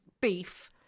beef